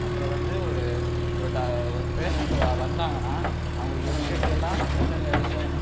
அப்புறம் வந்து ஒரு ஒரு டா ஒரு பேஷண்ட் வா வந்தாங்கன்னா அவர்களுக்கு எப்படி எப்படியெல்லாம் எந்தெந்த விஷயம்